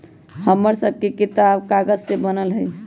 हमर सभके किताब कागजे से बनल हइ